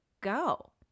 go